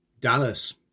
Dallas